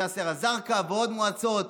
ג'יסר א-זרקא ועוד מועצות.